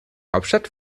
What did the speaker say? hauptstadt